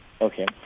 Okay